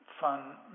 fun